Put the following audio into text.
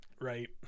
Right